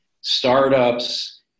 startups